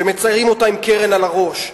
שמציירים אותה עם קרן על הראש.